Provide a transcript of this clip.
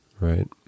Right